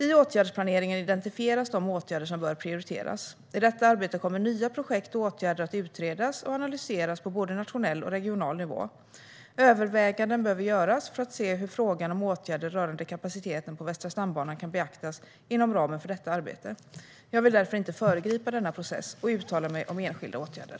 I åtgärdsplaneringen identifieras de åtgärder som bör prioriteras. I detta arbete kommer nya projekt och åtgärder att utredas och analyseras på både nationell och regional nivå. Överväganden behöver göras för att se hur frågan om åtgärder rörande kapaciteten på Västra stambanan kan beaktas inom ramen för detta arbete. Jag vill därför inte föregripa denna process och uttala mig om enskilda åtgärder.